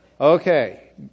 okay